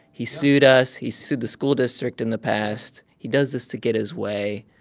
he sued us, he's sued the school district in the past. he does this to get his way.